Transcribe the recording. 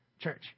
Church